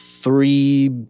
three